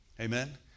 Amen